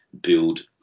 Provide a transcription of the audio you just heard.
build